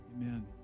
Amen